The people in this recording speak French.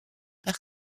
par